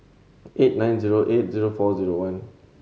eight nine zero eight zero four zero one